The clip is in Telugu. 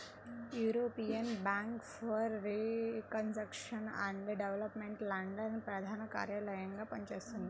European bank for reconstruction and development London ప్రధాన కార్యాలయంగా పనిచేస్తున్నది